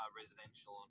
residential